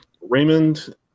Raymond